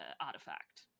artifact